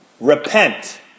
Repent